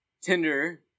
Tinder